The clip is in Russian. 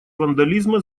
вандализма